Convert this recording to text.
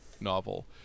novel